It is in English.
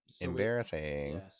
embarrassing